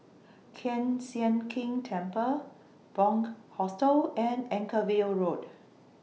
Kiew Sian King Temple Bunc Hostel and Anchorvale Road